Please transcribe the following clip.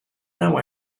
now